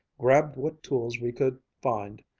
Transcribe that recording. grabbed what tools we could find,